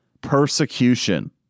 persecution